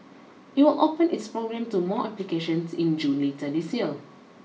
it will open its program to more applications in June later this year